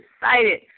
excited